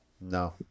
No